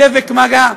דבק מגע,